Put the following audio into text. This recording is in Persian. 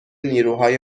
نیروهای